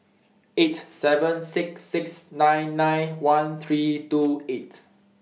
eight seven six six nine nine one three two eight